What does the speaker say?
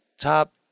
top